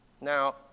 Now